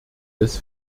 des